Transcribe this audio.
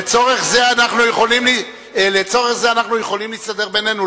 לצורך זה אנחנו יכולים להסתדר בינינו,